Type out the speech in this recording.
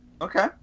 okay